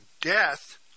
death